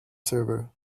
server